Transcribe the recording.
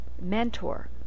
mentor